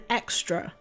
extra